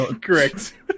correct